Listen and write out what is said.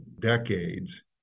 decades